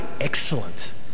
excellent